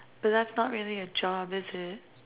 so that's not really a job is it